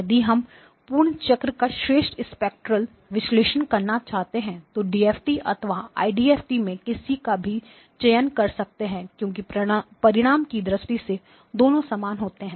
यदि हम पूर्ण चक्र का श्रेष्ठ स्पेक्ट्रेल विश्लेषण करना चाहते हैं तो डीएफटी अथवा आईडीएफटी में से किसी का भी चयन कर सकते हैं क्योंकि परिणाम की दृष्टि से दोनों समान है